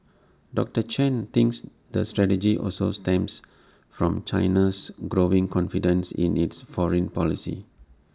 doctor Chen thinks the strategy also stems from China's growing confidence in its foreign policy